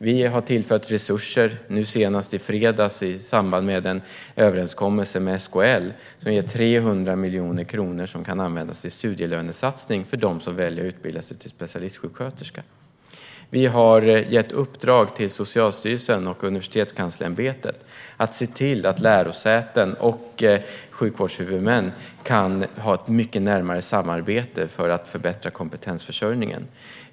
Vi har tillfört resurser - nu senast i fredags i samband med en överenskommelse med SKL som ger 300 miljoner kronor som kan användas till en studielönesatsning till dem som väljer att utbilda sig till specialistsjuksköterska. Vi har gett Socialstyrelsen och Universitetskanslersämbetet i uppdrag att se till att lärosäten och sjukvårdshuvudmän kan ha ett mycket närmare samarbete för att förbättra kompetensförsörjningen.